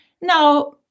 Now